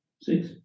six